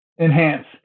enhance